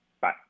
Bye